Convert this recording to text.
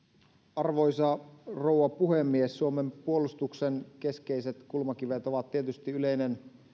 arvoisa rouva puhemies suomen puolustuksen keskeinen kulmakivi on tietysti yleinen